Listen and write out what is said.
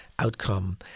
outcome